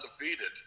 undefeated